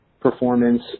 performance